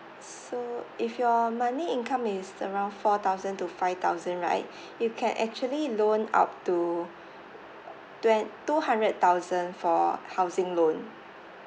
so if your money income is around four thousand to five thousand right you can actually loan up to twen~ two hundred thousand for housing loan